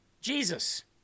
Jesus